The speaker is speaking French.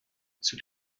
sous